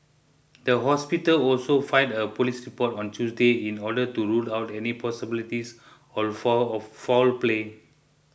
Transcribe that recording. the hospital also filed a police report on Tuesday in order to rule out any possibility of foul of foul play